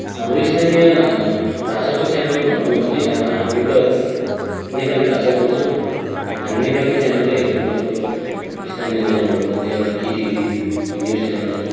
हाम्रो स्थानीय भाषाको च्यानल भनौँ भने अब हामी त नेपाली भाषा बोल्छौँ हामी नेपाली च्यानलै हेर्छौँ जस्तो स्थानीय च्यानलहरूमध्ये एउटा केटिभी न्युज च्यानल छ